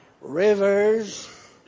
rivers